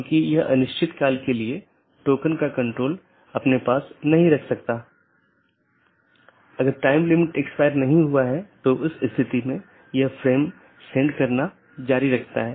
इसलिए दूरस्थ सहकर्मी से जुड़ी राउटिंग टेबल प्रविष्टियाँ अंत में अवैध घोषित करके अन्य साथियों को सूचित किया जाता है